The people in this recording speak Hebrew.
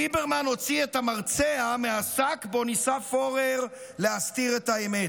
ליברמן הוציא את המרצע מהשק שבו ניסה פורר להסתיר את האמת.